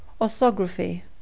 Orthography